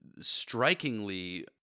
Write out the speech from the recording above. strikingly